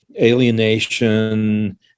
alienation